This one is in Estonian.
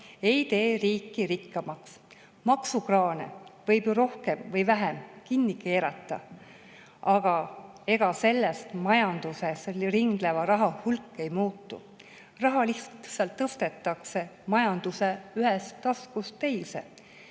ei tee riiki rikkamaks. Maksukraane võib ju rohkem või vähem kinni keerata, aga ega sellest majanduses ringleva raha hulk ei muutu. Raha lihtsalt tõstetakse majanduses ühest taskust teise.